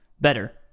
better